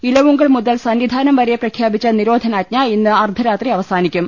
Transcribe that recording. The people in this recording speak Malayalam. ഇല വുങ്കൽ മുതൽ സന്നിധാനം വരെ പ്രഖ്യാപിച്ച നിരോധനാജ്ഞ ഇന്ന് അർദ്ധ രാത്രി അവസാനിക്കും